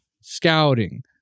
scouting